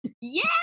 Yes